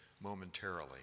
momentarily